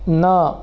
न